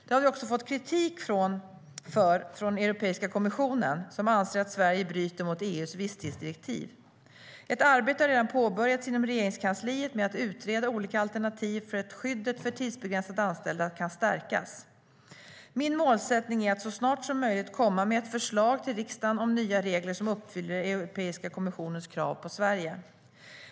Det har vi också fått kritik för från Europeiska kommissionen, som anser att Sverige bryter mot EU:s visstidsdirektiv. Ett arbete har redan påbörjats inom Regeringskansliet med att utreda olika alternativ för hur skyddet för tidsbegränsat anställda kan stärkas. Min målsättning är att så snart som möjligt komma med ett förslag till riksdagen om nya regler som uppfyller Europeiska kommissionens krav på Sverige.